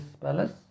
palace